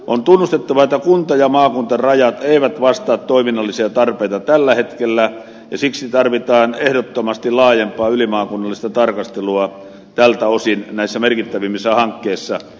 on tunnustettava että kunta ja maakuntarajat eivät vastaa toiminnallisia tarpeita tällä hetkellä ja siksi tarvitaan ehdottomasti laajempaa ylimaakunnallista tarkastelua tältä osin näissä merkittävimmissä hankkeissa